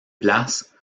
place